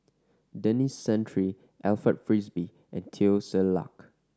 Denis Santry Alfred Frisby and Teo Ser Luck